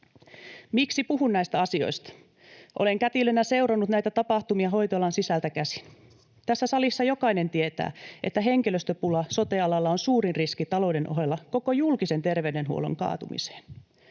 Miksi puhun näistä asioista? Olen kätilönä seurannut näitä tapahtumia hoitoalan sisältä käsin. Tässä salissa jokainen tietää, että henkilöstöpula sote-alalla on suuri riski talouden ohella koko julkisen terveydenhuollon kaatumiseen.